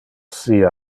sia